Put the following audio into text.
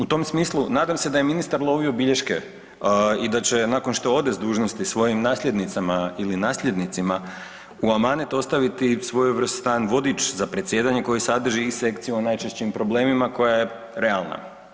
U tom smislu nadam se da je ministar lovio bilješke i da će nakon što ode s dužnosti svojim nasljednicama ili nasljednicima u amanet ostaviti svojevrstan vodič za predsjedanje koji sadrži i sekciju o najčešćim problemima koja je realna.